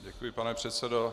Děkuji, pane předsedo.